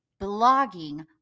blogging